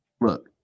Look